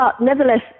nevertheless